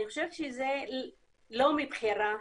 אני חושבת שזה לא מבחירה,